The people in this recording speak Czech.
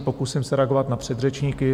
Pokusím se reagovat na předřečníky.